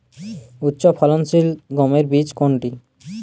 উচ্চফলনশীল গমের বীজ কোনটি?